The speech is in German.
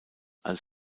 als